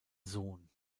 sohn